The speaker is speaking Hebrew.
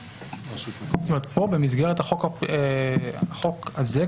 פה, במסגרת החוק הזה?